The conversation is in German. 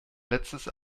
letztes